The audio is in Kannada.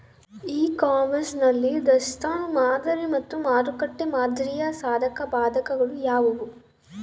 ಇ ಕಾಮರ್ಸ್ ನಲ್ಲಿ ದಾಸ್ತನು ಮಾದರಿ ಮತ್ತು ಮಾರುಕಟ್ಟೆ ಮಾದರಿಯ ಸಾಧಕಬಾಧಕಗಳು ಯಾವುವು?